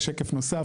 יש שקף נוסף,